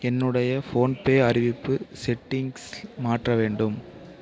என்னுடைய ஃபோன்பே அறிவிப்பு செட்டிங்ஸ் மாற்ற வேண்டும்